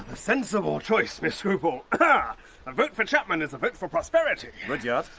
ah sensible choice, miss scruple! but a vote for chapman is a vote for prosperity! rudyard?